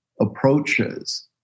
approaches